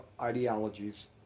ideologies